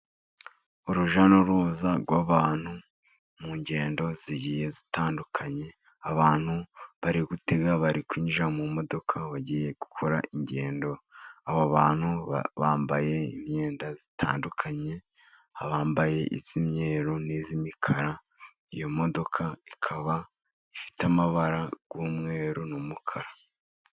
Urujya n'uruza rw'abantu mu ngendo zigiye zitandukanye. Abantu bari gutega bari kwinjira mu modoka, bagiye gukora ingendo. Aba bantu bambaye imyenda itandukanye. Abambaye iy'imyeru n'imikara. Iyo modoka ikaba ifite amabara y'umweru n'umukara.